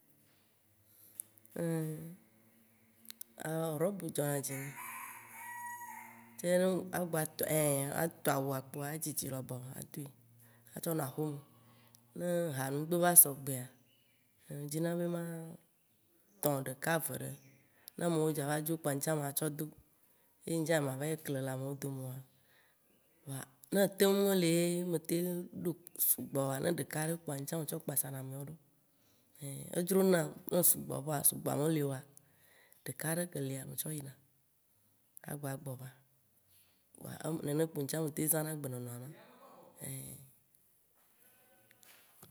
robe dzɔna dzi nem, ce atɔ awua kpɔ adzidzi lɔbɔɔɔ adoe atsɔ nɔ aƒeme. Ne ha nugbe va sɔ gbea, ŋdzi na be matɔ̃ ɖeka ve ɖe ne amewo dza va dzo kpoa ŋtsã matsɔ do, ye ŋtsã nye ma va yi kle le amewo dome oa. Voa, ne teŋ meli ɖo sugbɔ oa, ne ɖeka ɖe kpoa, ntsã metsɔ kpasa na ameawo ɖo. edzro nam ne sugbɔ voa sugbɔa me li oa, ɖeka ɖe ke lia, metsɔ yina agba gbɔ va. Koa nene kpo ŋtsã metem zãna agbenɔnɔa ye ma, ein.